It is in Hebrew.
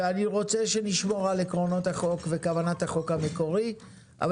אני רוצה שנשמור על עקרונות החוק וכוונת החוק המקורי אבל